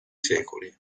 secoli